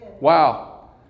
Wow